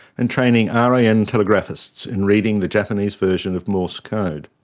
and training ah ran telegraphists in reading the japanese version of morse code.